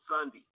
Sunday